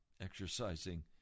exercising